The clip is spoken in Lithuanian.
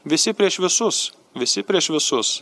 visi prieš visus visi prieš visus